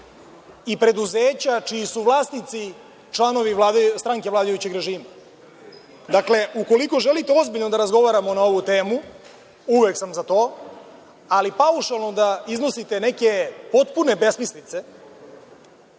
i preduzeća čiji su vlasnici članovi stranke vladajućeg režima. Dakle, ukoliko želite ozbiljno da razgovaramo na ovu temu, uvek sam za to, ali paušalno da iznosite neke potpune besmislice